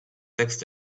text